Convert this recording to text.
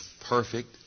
Perfect